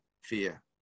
fear